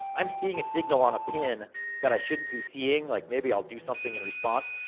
i'm seeing a signal on a pin that i shouldn't be seeing. like maybe i'll do something in response.